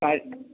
ആ